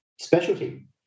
specialty